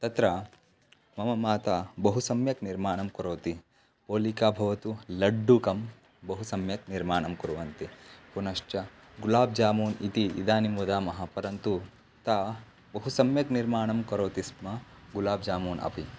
तत्र मम माता बहु सम्यक् निर्माणं करोति पोलिक भवतु लड्डुकं बहु सम्यक् निर्माणं कुर्वन्ति पुनश्च गुलाब् जामून् इति इदानीं वदामः परन्तु सा बहु सम्यक् निर्माणं करोति स्म गुलाब् जामून् अपि